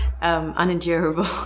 unendurable